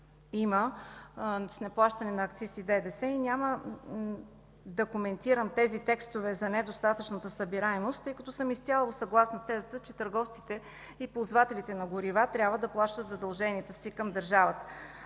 има с неплащане на акциз и ДДС. Няма да коментирам тези текстове за недостатъчната събираемост, тъй като съм изцяло съгласна с тезата, че търговците и ползвателите на горива трябва да плащат задълженията си към държавата.